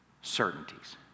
certainties